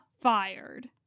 fired